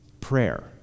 prayer